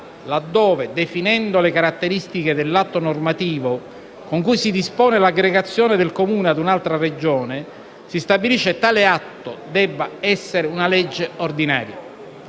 laddove, definendo le caratteristiche dell'atto normativo con cui si dispone l'aggregazione del Comune ad altra Regione, si stabilisce che tale atto debba essere una legge ordinaria.